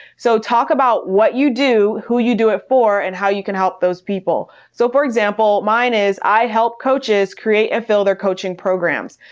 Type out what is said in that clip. so talk about what you do, who you do it for, and how you can help those people. so for example, mine is i help coaches create and fill their coaching programs.